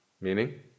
Meaning